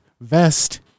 vest